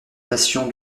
nation